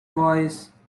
voice